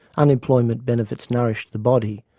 unemployment benefits nourish the body,